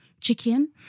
chicken